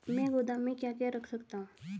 मैं गोदाम में क्या क्या रख सकता हूँ?